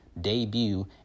debut